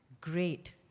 Great